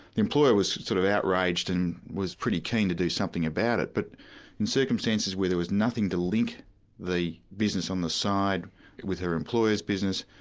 the employer was sort of outraged and was pretty keen to do something about it but in circumstances where there was nothing to link the business on the side with her employer's business,